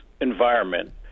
environment